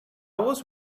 was